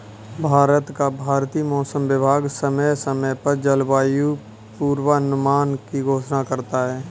भारत का भारतीय मौसम विभाग समय समय पर जलवायु पूर्वानुमान की घोषणा करता है